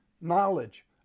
knowledge